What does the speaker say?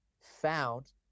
found